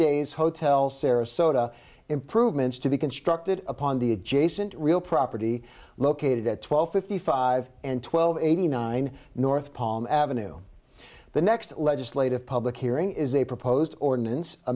days hotel sarasota improvements to be constructed upon the adjacent real property located at twelve fifty five and twelve eighty nine north palm ave the next legislative public hearing is a proposed ordinance